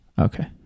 Okay